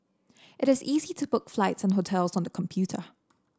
it is easy to book flights and hotels on the computer